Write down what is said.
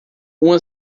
uma